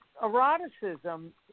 eroticism